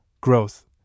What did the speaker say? growth